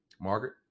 Margaret